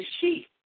sheep